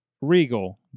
Regal